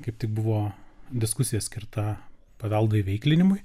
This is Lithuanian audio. kaip tik buvo diskusija skirta paveldo įveiklinimui